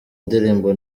indirimbo